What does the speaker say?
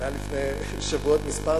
זה היה לפני שבועות מספר.